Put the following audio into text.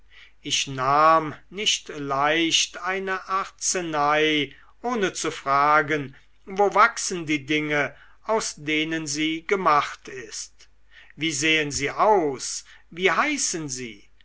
ich nahm nicht leicht eine arznei ohne zu fragen wo wachsen die dinge aus denen sie gemacht ist wie sehen sie aus wie heißen sie